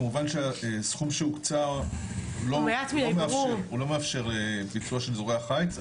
כמובן שהסכום שהוקצה לא מאפשר לקיחה בחשבון של אזורי החיץ,